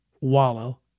wallow